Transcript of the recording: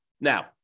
Now